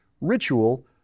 ritual